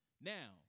Now